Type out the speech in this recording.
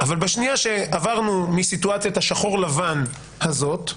אבל בשנייה שעברנו מהסיטואציה השחור-לבן הזאת,